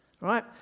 right